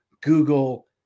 Google